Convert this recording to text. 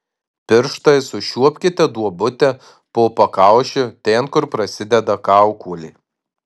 pirštais užčiuopkite duobutę po pakaušiu ten kur prasideda kaukolė